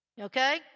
Okay